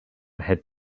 had